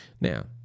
now